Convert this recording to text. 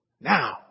Now